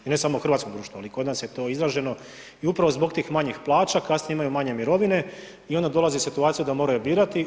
I ne samo u hrvatskom društvu, ali kod nas je to izraženo i upravo zbog tih manjih plaća, kasnije imaju manje mirovine i onda dolaze u situaciju da moraju birati.